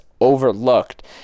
overlooked